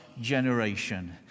generation